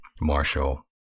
Marshall